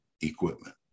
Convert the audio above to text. equipment